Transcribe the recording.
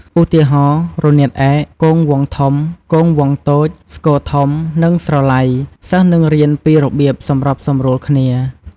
ឧទាហរណ៍ រនាតឯក គងវង់ធំ គងវង់តូច ស្គរធំ និងស្រឡៃ សិស្សនឹងរៀនពីរបៀបសម្របសម្រួលគ្នា។